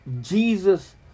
Jesus